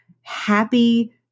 happy